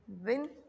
win